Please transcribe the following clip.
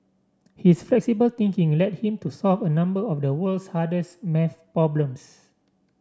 his flexible thinking led him to solve a number of the world's hardest math problems